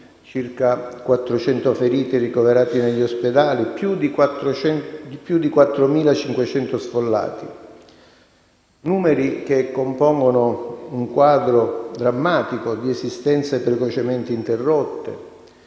circa 400 feriti ricoverati negli ospedali, più di 4.500 sfollati: numeri che compongono un quadro drammatico di esistenze precocemente interrotte,